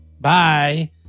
Bye